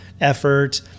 effort